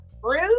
fruit